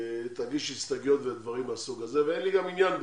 תגיש הסתייגויות ודברים מהסוג הזה ואין לי גם עניין בזה,